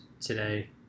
today